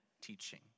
teaching